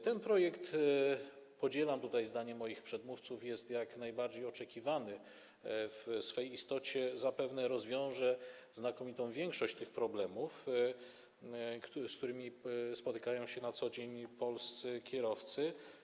Ten projekt, podzielam tutaj zdanie moich przedmówców, jest jak najbardziej oczekiwany, w swej istocie zapewne rozwiąże znakomitą większość tych problemów, z którymi stykają się na co dzień polscy kierowcy.